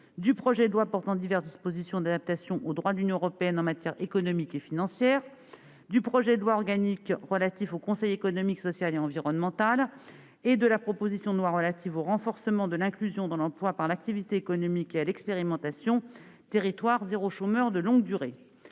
du projet de loi portant diverses dispositions d'adaptation au droit de l'Union européenne en matière économique et financière, du projet de loi organique relatif au Conseil économique, social et environnemental et de la proposition de loi relative au renforcement de l'inclusion dans l'emploi par l'activité économique et à l'expérimentation « territoires zéro chômeur de longue durée ».